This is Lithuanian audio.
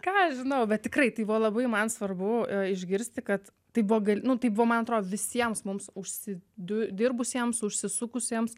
ką aš žinau bet tikrai tai buvo labai man svarbu išgirsti kad tai buvo galima tai buvo man atrodo visiems mums užsi diu dirbusiems užsisukusiems